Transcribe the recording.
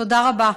תודה רבה.